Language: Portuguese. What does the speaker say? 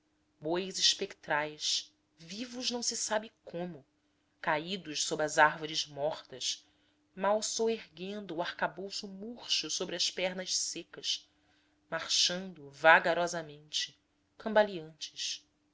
bois espectrais vivos não se sabe como caídos sob as árvores mortas mal soerguendo o arcabouço murcho sobre as pernas secas marchando vagarosamente cambaleantes